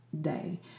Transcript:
day